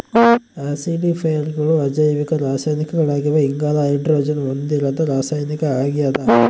ಆಸಿಡಿಫೈಯರ್ಗಳು ಅಜೈವಿಕ ರಾಸಾಯನಿಕಗಳಾಗಿವೆ ಇಂಗಾಲ ಹೈಡ್ರೋಜನ್ ಹೊಂದಿರದ ರಾಸಾಯನಿಕ ಆಗ್ಯದ